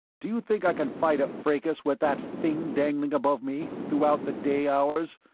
do you think i can fight a fracas with that thing dangling above me, throughout the day hours?